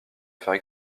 faire